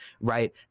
right